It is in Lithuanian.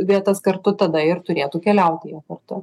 vietas kartu tada ir turėtų keliauti jie kartu